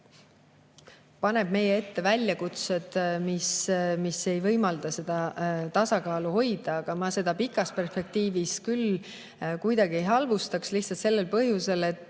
paneb meie ette väljakutsed, mis ei võimalda [eelarve] tasakaalu hoida. Aga ma seda pikas perspektiivis küll kuidagi ei halvustaks, lihtsalt sel põhjusel, et